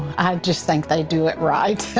just think they do it right.